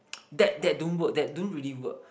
that that don't work that don't really work